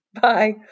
Bye